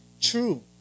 true